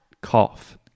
cough